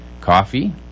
coffee